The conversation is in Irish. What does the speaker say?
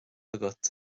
agat